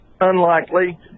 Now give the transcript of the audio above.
unlikely